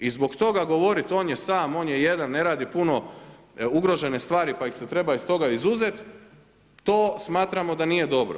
I zbog toga govoriti on je sam, on je jedan, ne radi puno ugrožene stvari pa ih se treba iz toga izuzet, to smatramo da nije dobro.